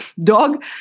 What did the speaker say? dog